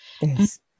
yes